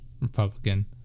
Republican